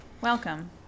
Welcome